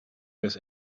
miss